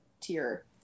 tier